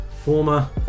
Former